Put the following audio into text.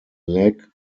leg